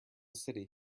city